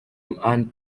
and